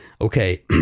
Okay